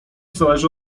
zależy